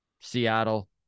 Seattle